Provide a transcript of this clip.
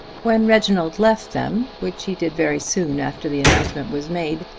when reginald left them, which he did very soon after the announcement was made,